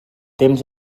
temps